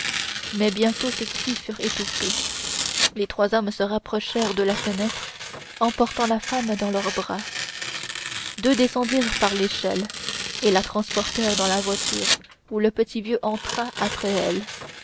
mais bientôt ses cris furent étouffés les trois hommes se rapprochèrent de la fenêtre emportant la femme dans leurs bras deux descendirent par l'échelle et la transportèrent dans la voiture où le petit vieux entra après elle